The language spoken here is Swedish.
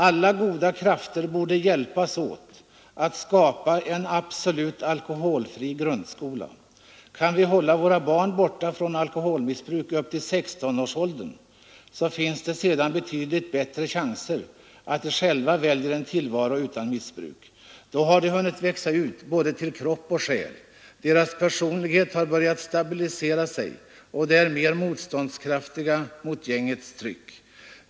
Alla goda krafter borde hjälpas åt att skapa en absolut alkoholfri grundskola! Kan vi hålla våra barn borta från alkoholmissbruk upp till 16-årsåldern så finns det sedan betydligt bättre chanser att de själva väljer en tillvaro utan missbruk. Då har de hunnit växa ut både till kropp och själ, deras personlighet har börjat stabilisera sig och de är mer motståndskraftiga mot gängets tryck.